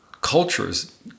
cultures